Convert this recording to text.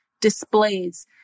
displays